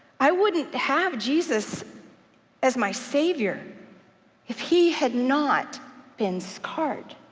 i wouldn't have jesus as my savior if he had not been scarred,